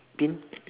pin